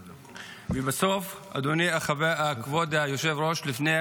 בסוף, אדוני, כבוד היושב-ראש, לפני